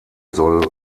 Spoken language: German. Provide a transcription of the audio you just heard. soll